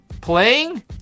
Playing